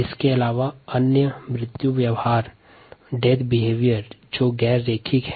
इसके अलावा मृत्यु व्यवहार हैं जो अरेखीय होता हैं